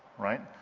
right?